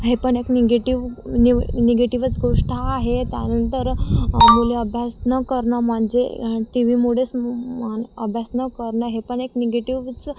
हे पण एक निंगेटिव्ह निव निगेटिवच गोष्ट आहे त्यानंतर मुले अभ्यास न करणं म्हणजे टी व्हीमुळेच म अभ्यास न करणं हे पण एक निगेटिवच